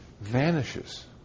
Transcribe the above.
vanishes